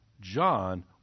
John